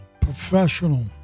professional